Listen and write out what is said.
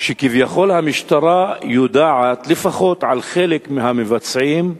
שכביכול המשטרה יודעת לפחות על חלק מהמבצעים,